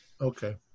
Okay